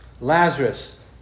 Lazarus